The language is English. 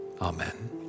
amen